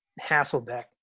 Hasselbeck